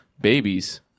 Babies